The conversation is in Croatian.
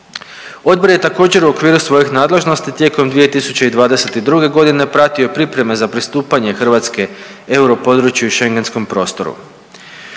Odbor je također u okviru svojih nadležnosti tijekom 2022. godine pratio pripreme za pristupanje Hrvatske europodručju i Schengenom prostoru.